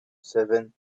seven